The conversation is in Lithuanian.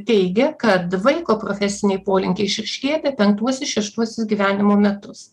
teigia kad vaiko profesiniai polinkiai išryškėja apie penktuosius šeštuosius gyvenimo metus